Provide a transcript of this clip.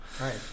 right